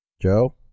Joe